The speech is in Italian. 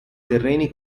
terreni